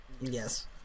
Yes